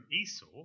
esau